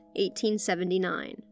1879